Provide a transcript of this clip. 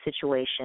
situation